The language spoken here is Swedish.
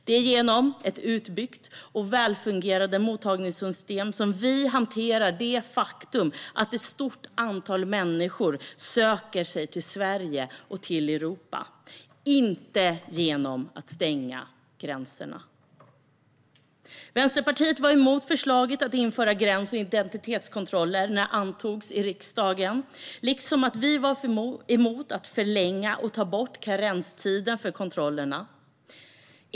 Det är genom ett utbyggt och välfungerande mottagningssystem som vi hanterar det faktum att ett stort antal människor söker sig till Sverige och Europa, inte genom att stänga gränserna. Vänsterpartiet var emot förslaget att införa gräns och identitetskontroller när det antogs i riksdagen liksom vi var emot att förlänga och ta bort karenstiden för kontrollerna.